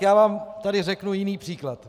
Já vám zde řeknu jiný příklad.